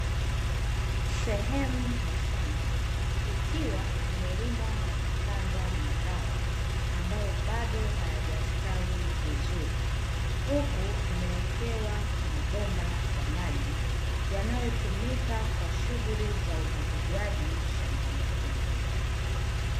Sehemu ya shamba ikiwa imelimwa na kupandwa mazao ambayo bado hayajastawi vizuri, huku yamewekewa mabomba ya maji yanayotumika kwa shughuli za umwagiliaji shambani humo.